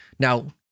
Now